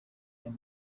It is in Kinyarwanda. emu